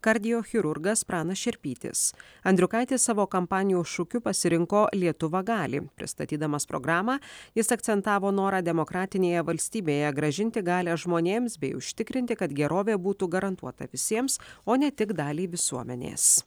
kardiochirurgas pranas šerpytis andriukaitis savo kampanijos šūkiu pasirinko lietuva gali pristatydamas programą jis akcentavo norą demokratinėje valstybėje grąžinti galią žmonėms bei užtikrinti kad gerovė būtų garantuota visiems o ne tik daliai visuomenės